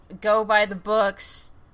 go-by-the-books